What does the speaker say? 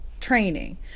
training